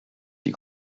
die